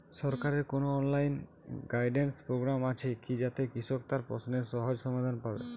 সরকারের কোনো online guidance program আছে কি যাতে কৃষক তার প্রশ্নের সহজ সমাধান পাবে?